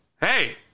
hey